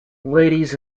ladies